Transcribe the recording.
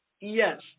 yes